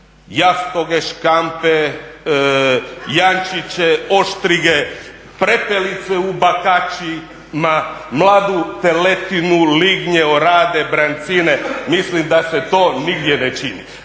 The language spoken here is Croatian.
jastoge, škampe, janjčiće, oštrige, prepelice, mladu teletinu, lignje, orade, brancine, mislim da se to nigdje ne čini.